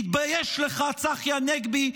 תתבייש לך, צחי הנגבי.